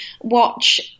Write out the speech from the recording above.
watch